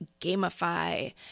gamify